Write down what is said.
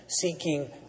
seeking